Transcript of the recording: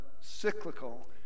cyclical